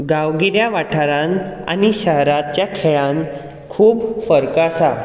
गांवगिऱ्या वाठारांत आनी शहराच्या खेळान खूब फरक आसा